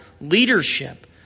leadership